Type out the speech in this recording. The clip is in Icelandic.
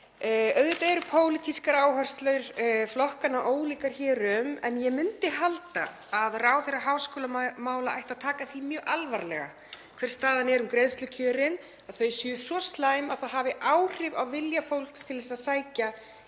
Auðvitað eru pólitískar áherslur flokkanna ólíkar hér um en ég myndi halda að ráðherra háskólamála ætti að taka því mjög alvarlega hver staðan er varðandi greiðslukjörin, að þau séu svo slæm að það hafi áhrif á vilja fólks til að sækja